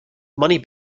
money